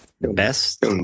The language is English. best